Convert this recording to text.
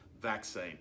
vaccine